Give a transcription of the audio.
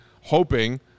hoping